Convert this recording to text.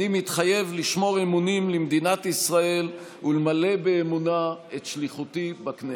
אני מתחייב לשמור אמונים למדינת ישראל ולמלא באמונה את שליחותי בכנסת.